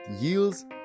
yields